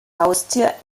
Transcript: haustier